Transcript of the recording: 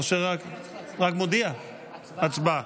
רק הצבעה.